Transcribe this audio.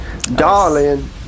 darling